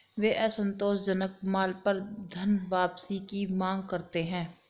वे असंतोषजनक माल पर धनवापसी की मांग करते हैं